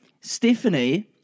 Stephanie